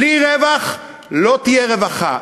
בלי רווח לא תהיה רווחה.